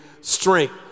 strength